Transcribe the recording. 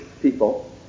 people